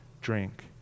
drink